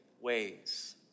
ways